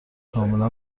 کاملا